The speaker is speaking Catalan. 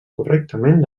correctament